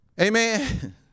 Amen